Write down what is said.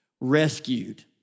rescued